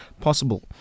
possible